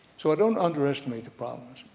so i don't underestimate the problems.